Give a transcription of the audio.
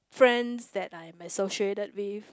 friends that I'm associated with